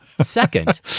second